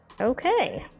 okay